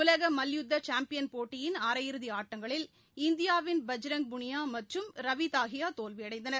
உலக மல்யுத்த சாம்பியன் போட்டியின் அரையிறுதி ஆட்டங்களில் இந்தியாவின் பஜ்ரங் புனியா மற்றும் ரவி தஹியா தோல்வியடைந்தனர்